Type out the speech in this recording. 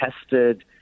tested